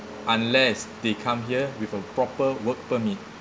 unless they come here with a proper work permit